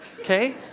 Okay